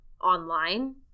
online